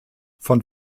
von